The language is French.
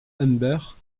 humbert